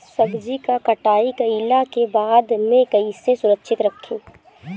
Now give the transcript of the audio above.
सब्जी क कटाई कईला के बाद में कईसे सुरक्षित रखीं?